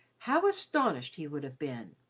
how astonished he would have been!